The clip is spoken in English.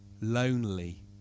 Lonely